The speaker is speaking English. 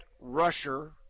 rusher